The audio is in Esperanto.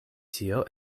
tio